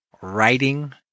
writing